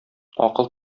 акыл